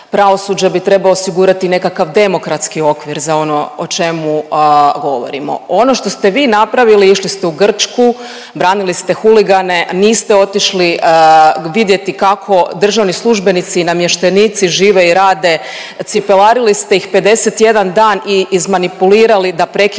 pravosuđa bi trebao osigurati nekakav demokratski okvir za ono o čemu govorimo. Ono što ste vi napravili išli ste u Grčku, branili ste huligane, niste otišli vidjeti kako državni službenici i namještenici žive i rade, cipelarili ste ih 51 dan i izmanipulirali da prekinu